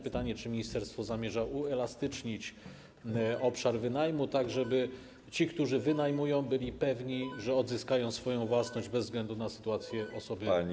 Pytanie, czy ministerstwo zamierza uelastycznić obszar wynajmu, tak żeby ci, którzy wynajmują, byli pewni, że odzyskają swoją własność bez względu na sytuację osoby wynajmującej.